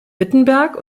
wittenberg